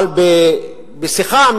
אבל בשיחה,